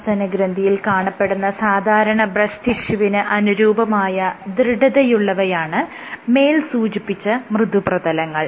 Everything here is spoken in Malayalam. സസ്തനഗ്രന്ഥിയിൽ കാണപ്പെടുന്ന സാധാരണ ബ്രെസ്റ്റ് ടിഷ്യൂവിന് അനുരൂപമായ ദൃഢതയുള്ളവയാണ് മേൽ സൂചിപ്പിച്ച മൃദുപ്രതലങ്ങൾ